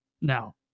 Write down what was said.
now